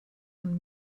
von